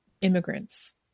immigrants